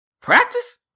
Practice